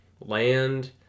land